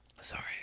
Sorry